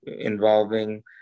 involving